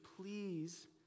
please